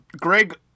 Greg